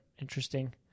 Interesting